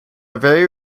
very